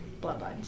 Bloodlines